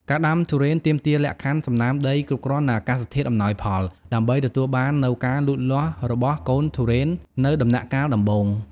ការដាំទុរេនទាមទារលក្ខខណ្ឌសំណើមដីគ្រប់គ្រាន់ និងអាកាសធាតុអំណោយផល ដើម្បីធានាបាននូវការលូតលាស់ល្អរបស់កូនទុរេននៅដំណាក់កាលដំបូង។